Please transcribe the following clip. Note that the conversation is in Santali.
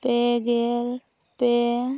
ᱯᱮᱜᱮᱞ ᱯᱮ